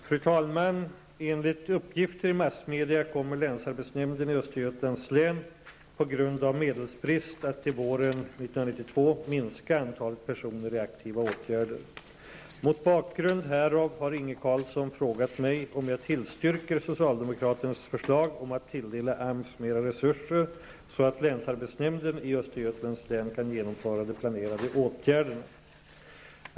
Fru talman! Enligt uppgifter i massmedia kommer länsarbetsnämnden i Östergötlands län, på grund av medelsbrist, att till våren 1992 minska antalet personer i aktiva åtgärder. Mot bakgrund härav har Inge Carlsson frågat mig om jag tillstyrker socialdemokraternas förslag om att tilldela AMS mera resurser så att länsarbetsnämnden i Östergötlands län kan genomföra de planerade åtgärderna.